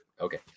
Okay